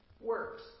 Works